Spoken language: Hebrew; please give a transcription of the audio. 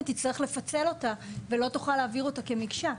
תצטרך לפצל אותה ולא תוכל להעביר אותה כמקשה.